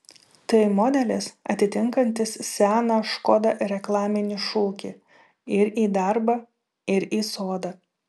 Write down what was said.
tai modelis atitinkantis seną škoda reklaminį šūkį ir į darbą ir į sodą